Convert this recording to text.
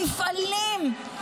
מפעלים,